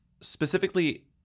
specifically